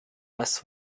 less